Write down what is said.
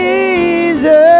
Jesus